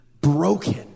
broken